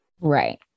Right